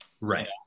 Right